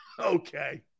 Okay